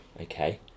Okay